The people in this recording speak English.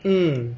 mm